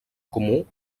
comú